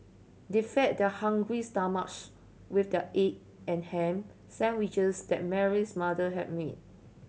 they fed their hungry stomachs with the egg and ham sandwiches that Mary's mother had made